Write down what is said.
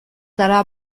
gara